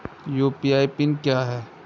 UPI pin क्या है?